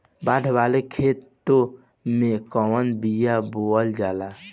बाड़ वाले खेते मे कवन बिया बोआल जा?